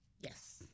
Yes